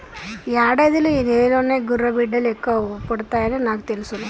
యాడాదిలో ఈ నెలలోనే గుర్రబిడ్డలు ఎక్కువ పుడతాయని నాకు తెలుసును